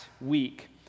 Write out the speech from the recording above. week